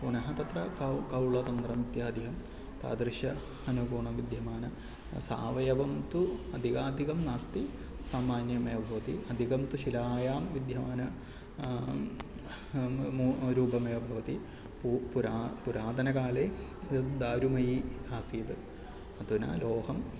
पुनः तत्र कौ कौलतन्त्रम् इत्यादिकं तादृश अनुगुणं विद्यमानसावयवं तु अधिकाधिकं नास्ति सामान्यमेव भवति अधिकं तु शिलायां विद्यमानं रूपमेव भवति पु पुरा पुरातनकाले एतद् दारुमयम् आसीत् अधुना लोहं